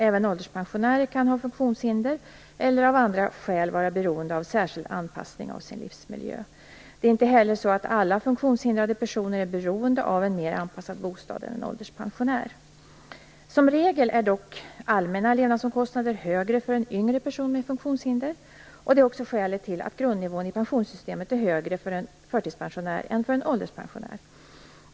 Även ålderspensionärer kan ha funktionshinder eller kan av andra skäl vara beroende av särskild anpassning av sin livsmiljö. Det är inte heller så att alla funktionshindrade personer är beroende av en mer anpassad bostad än en ålderspensionär. Som regel är dock allmänna levnadsomkostnader högre för en yngre person med funktionshinder. Detta är också skälet till att grundnivån i pensionssystemet är högre för en förtidspensionär än för en ålderspensionär.